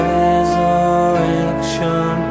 resurrection